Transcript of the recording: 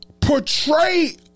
portray